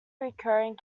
recurring